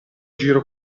giro